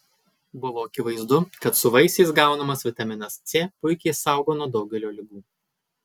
buvo akivaizdu kad su vaisiais gaunamas vitaminas c puikiai saugo nuo daugelio ligų